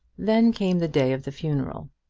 then came the day of the funeral,